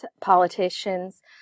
politicians